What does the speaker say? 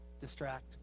distract